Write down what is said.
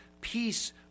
peace